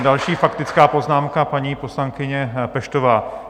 Další faktická poznámka, paní poslankyně Peštová.